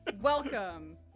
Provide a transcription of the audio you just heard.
Welcome